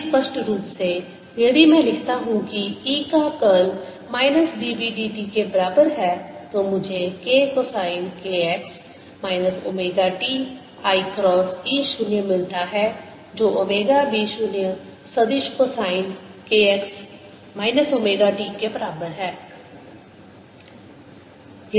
अधिक स्पष्ट रूप से यदि मैं लिखता हूं कि E का कर्ल माइनस dB dt के बराबर है तो मुझे k cosine k x minus omega t i cross E 0 मिलता है जो ओमेगा B 0 सदिश cosine k x minus omega t के बराबर है